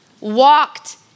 walked